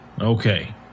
Okay